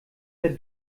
der